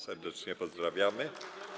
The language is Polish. Serdecznie pozdrawiamy.